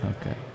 Okay